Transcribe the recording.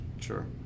Sure